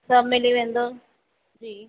सभु मिली वेंदव जी